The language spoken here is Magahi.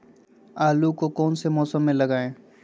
आलू को कौन सा मौसम में लगाए?